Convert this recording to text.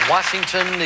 Washington